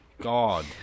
God